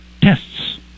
tests